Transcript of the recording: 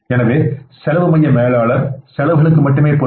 எனவே செலவு மைய மேலாளர் செலவுகளுக்கு மட்டுமே பொறுப்பு